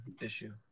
issue